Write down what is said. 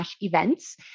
events